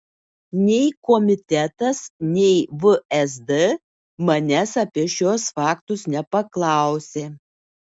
nei komitetas nei vsd manęs apie šiuos faktus nepaklausė